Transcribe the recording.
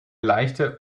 leichte